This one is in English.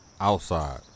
Outside